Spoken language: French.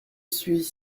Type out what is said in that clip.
suis